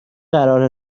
قرار